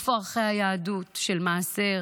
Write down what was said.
איפה ערכי היהדות של מעשר,